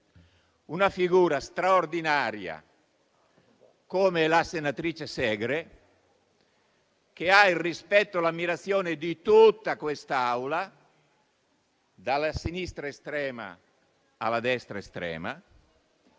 una figura straordinaria come la senatrice Segre, che ha il rispetto e l'ammirazione di tutta quest'Assemblea, dall'estrema sinistra all'estrema destra (estrema